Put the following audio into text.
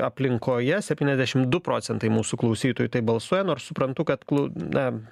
aplinkoje septyniasdešimt du procentai mūsų klausytojų taip balsuoja nors suprantu kad klu na